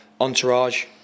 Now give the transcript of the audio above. Entourage